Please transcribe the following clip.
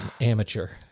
amateur